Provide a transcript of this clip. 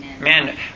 Man